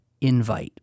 invite